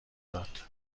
داد